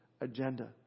agenda